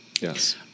Yes